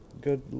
Good